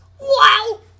Wow